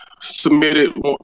submitted